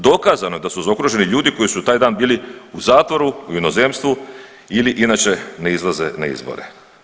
Dokazano je da su zaokruženi ljudi koji su taj dan bili u zatvoru, u inozemstvu ili inače ne izlaze na izbore.